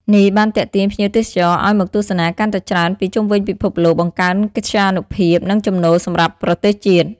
នេះបានទាក់ទាញភ្ញៀវទេសចរឲ្យមកទស្សនាកាន់តែច្រើនពីជុំវិញពិភពលោក បង្កើនកិត្យានុភាព និងចំណូលសម្រាប់ប្រទេសជាតិ។